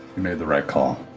you made the right call.